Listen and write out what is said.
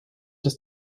des